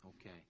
Okay